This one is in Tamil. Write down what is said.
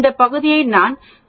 இந்த பகுதியை நான் 0